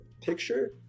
picture